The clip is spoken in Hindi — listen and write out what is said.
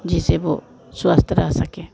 जिससे वह स्वस्थ रह सके